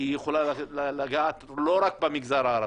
כי היא יכולה לגעת לא רק במגזר הערבי,